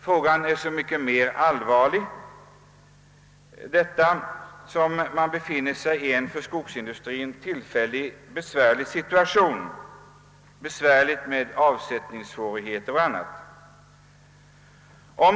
Frågan är så mycket mer allvarlig som man befinner sig i en för skogsindustrien tillfälligt besvärlig situation med avseende på avsättning och annat.